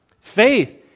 Faith